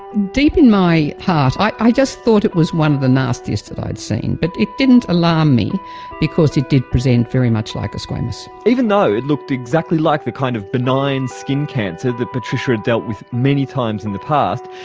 deep in my heart, i just thought it was one of the nastiest that i'd seen but it didn't alarm me because it did present very much like a squamous. even though it looked exactly like the kind of benign skin cancer that patricia had dealt with many times in the past,